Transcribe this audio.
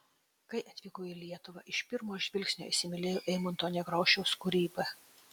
kai atvykau į lietuvą iš pirmo žvilgsnio įsimylėjau eimunto nekrošiaus kūrybą